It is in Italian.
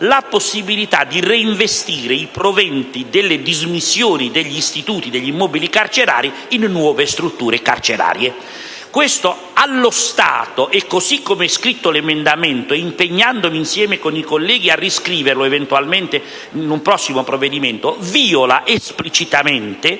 la possibilità di reinvestire i proventi delle dismissioni degli istituti e degli immobili carcerari in nuove strutture carcerarie. Questo, allo stato e così come è scritto l'emendamento (impegnandomi insieme ai colleghi eventualmente a riscriverlo in un prossimo provvedimento) viola esplicitamente